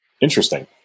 Interesting